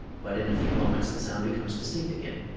but in a few moments the sound becomes distinct again.